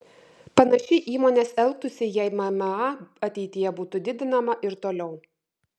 panašiai įmonės elgtųsi jei mma ateityje būtų didinama ir toliau